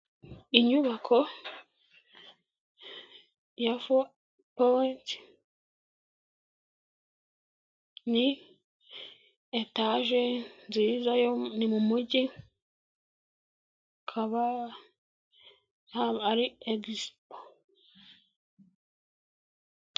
Inyubako ya fo oji ni etaje nziza yo ni mu mujyi kababa ari egiisipo.